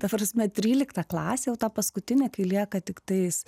ta prasme trylikta klasė jau ta paskutinė kai lieka tiktais